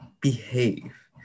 behave